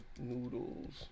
noodles